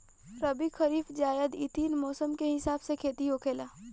रबी, खरीफ, जायद इ तीन मौसम के हिसाब से खेती होखेला